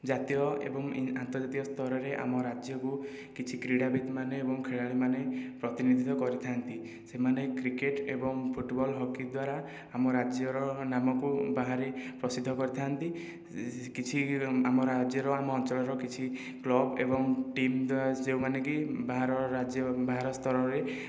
ଜାତୀୟ ଏବଂ ଇଂ ଆନ୍ତର୍ଜାତୀୟ ସ୍ତରରେ ଆମ ରାଜ୍ୟକୁ କିଛି କ୍ରୀଡ଼ାବିତ ମାନେ ଏବଂ ଖେଳାଳିମାନେ ପ୍ରତିନିଧିତ୍ଵ କରିଥାନ୍ତି ସେମାନେ କ୍ରିକେଟ ଏବଂ ଫୁଟବଲ ହକି ଦ୍ୱାରା ଆମ ରାଜ୍ୟର ନାମକୁ ବାହାରେ ପ୍ରସିଦ୍ଧ କରିଥାନ୍ତି କିଛି ଆମ ରାଜ୍ୟର ଆମ ଅଞ୍ଚଳର କିଛି କ୍ଲବ ଏବଂ ଟିମ ଯେଉଁମାନେକି ବାହାର ରାଜ୍ୟ ବାହାର ସ୍ତରରେ